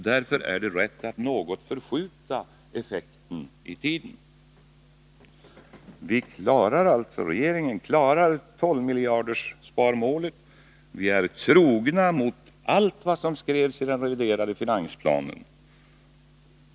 Därför är det rätt att något förskjuta effekten i tiden. Regeringen klarar tolvmiljarderssparmålet. Vi är trogna mot allt vad som skrevs i den reviderade finansplanen.